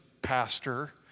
pastor